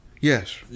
Yes